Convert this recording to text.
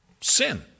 sin